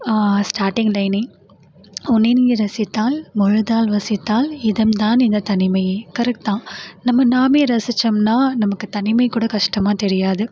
starting லைனே உன்னை நீ ரசித்தால் முழுதாய் வசித்தால் இதம் தான் இந்த தனிமையே கரெக்ட் தான் நம்ம நாமே ரசிச்சோம்னால் நமக்கு தனிமை கூட கஷ்டமாக தெரியாது